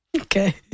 Okay